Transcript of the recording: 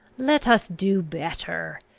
let us do better.